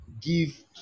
give